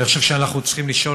אני חושב שאנחנו צריכים לשאול,